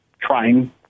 trying